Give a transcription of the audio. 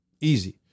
Easy